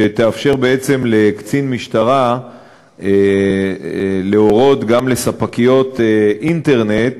שתאפשר בעצם לקצין משטרה להורות גם לספקיות אינטרנט